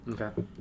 Okay